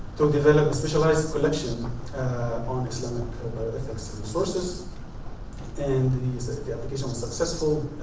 to develop a specialized collection on islamic bioethics resources and the application was successful.